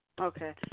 Okay